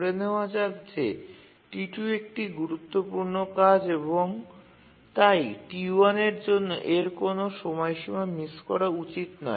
ধরে নেওয়া যাক যে T2 একটি গুরুত্বপূর্ণ কাজ এবং তাই T1 এর জন্য এর কোনও সময়সীমা মিস করা উচিত নয়